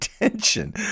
attention